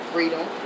freedom